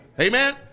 Amen